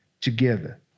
together